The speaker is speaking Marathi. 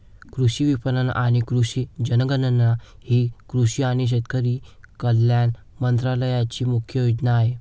कृषी विपणन आणि कृषी जनगणना ही कृषी आणि शेतकरी कल्याण मंत्रालयाची मुख्य योजना आहे